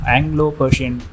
Anglo-Persian